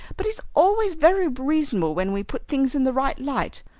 but he's always very reasonable when we put things in the right light.